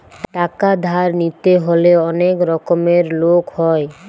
টাকা ধার নিতে হলে অনেক রকমের লোক হয়